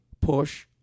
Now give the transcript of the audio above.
push